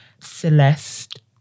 Celeste